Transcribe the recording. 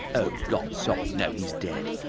oh god, sorry no, he's dead,